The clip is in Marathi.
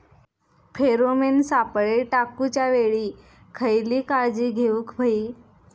फेरोमेन सापळे टाकूच्या वेळी खयली काळजी घेवूक व्हयी?